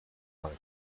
car